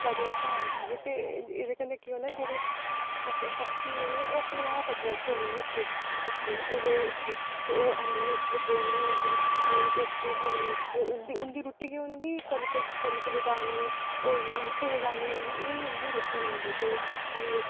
सुक्का जेहा घाऽ रक्खगे ते कन्नै केह् होना कि जेह्ड़े पक्षी होने उ'नें ओह् अपने आप अट्रैक्ट होने उत्थै ओह् उत्थै औने बौह्ने ऐहें उ'नेंगी रुट्टी थ्होनी उत्थै उं'दी रुट्टी केह् होंदी कनक दे दाने होई गे मक्कें दे दाने होई गे एह् उं'दी रुट्टी होंदी ते उ'नें